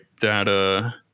data